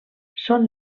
són